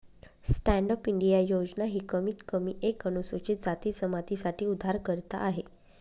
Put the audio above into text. stand up India योजना ही कमीत कमी एक अनुसूचित जाती जमाती साठी उधारकर्ता आहे